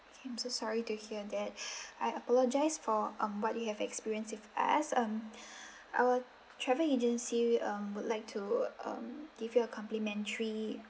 okay I'm so sorry to hear that I apologise for um what you have experienced with us um our travel agency um would like to uh give you a complimentary